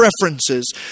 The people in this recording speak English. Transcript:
preferences